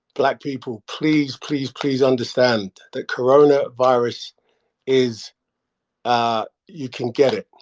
black people, please, please, please understand that corona virus is ah you can get it